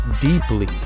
deeply